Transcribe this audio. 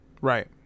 Right